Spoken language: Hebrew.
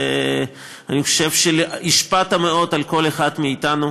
אני חושב שהשפעת מאוד על כל אחד מאתנו.